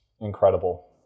incredible